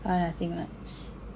ah nothing much